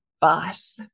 boss